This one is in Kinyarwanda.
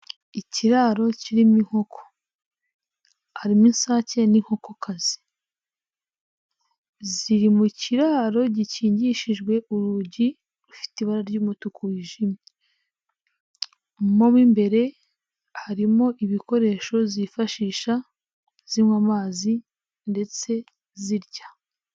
Ikiraro kirimo inkoko, harimo isake n'inkokokazi, ziri mu kiraro gikingishije urugi rufite ibara ry'umutuku wijimye, mo imbere harimo ibikoresho zifashisha ziywa amazi ndetse zirya.